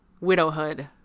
widowhood